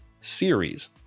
series